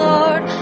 Lord